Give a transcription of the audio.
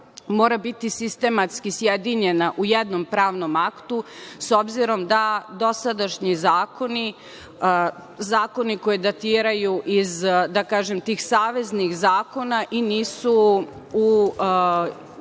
mora biti sistematski sjedinjena u jednom pravnom aktu, s obzirom da dosadašnji zakoni, zakoni koji datiraju iz, da kažem, tih saveznih zakona i nisu u